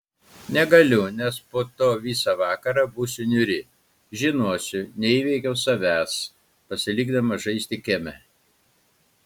negaliu nes po to visą vakarą būsiu niūri žinosiu neįveikiau savęs pasilikdama žaisti kieme